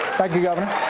thank you governor.